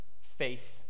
faith